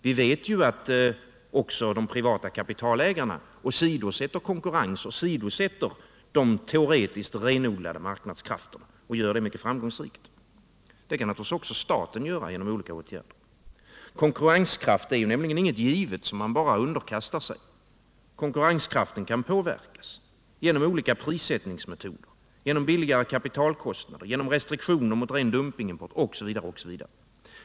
Vi vet att även de privata kapitalägarna åsidosätter konkurrens och teoretiskt renodlade marknadskrafter — och gör det mycket framgångsrikt. Det kan naturligtvis också staten göra genom olika åtgärder. Konkurrenskraften är nämligen inget givet som man bara underkastar sig. Den kan påverkas genom olika prissättningsmetoder, genom lägre kapitalkostnader, genom restriktioner mot ren dumping osv.